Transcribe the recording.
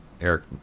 Eric